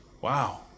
wow